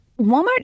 Walmart